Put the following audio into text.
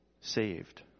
saved